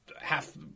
half